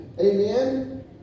Amen